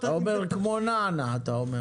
כמו נענע, אתה אומר.